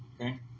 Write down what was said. Okay